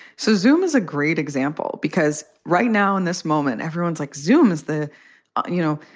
suzume is a great example, because right now, in this moment, everyone's like zoome is the you know,